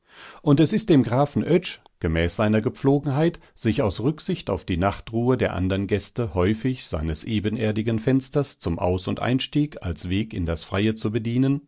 und es ist dem grafen oetsch gemäß seiner gepflogenheit sich aus rücksicht auf die nachtruhe der anderen gäste häufig seines ebenerdigen fensters zum aus und einstieg als weg in das freie zu bedienen